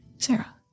Sarah